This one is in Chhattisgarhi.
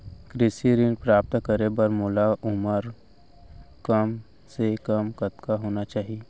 कृषि ऋण प्राप्त करे बर मोर उमर कम से कम कतका होना चाहि?